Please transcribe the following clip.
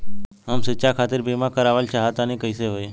हम शिक्षा खातिर बीमा करावल चाहऽ तनि कइसे होई?